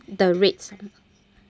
the red s~